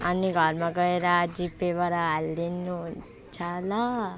अनि घरमा गएर जी पेबाट हालिदिनु हुन्छ ल